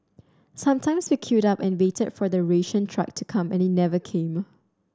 sometimes we queued up and waited for the ration truck to come and it never came